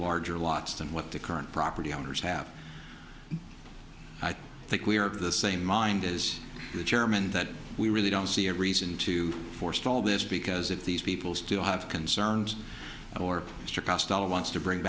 larger lots than what the current property owners have i think we are of the same mind is the chairman that we really don't see a reason to forestall this because if these people still have concerns or mr costello wants to bring